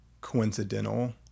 coincidental